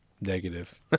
negative